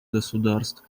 государств